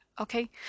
okay